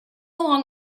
along